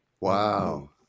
Wow